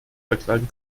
verklagen